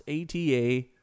ATA